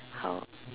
how